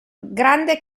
grande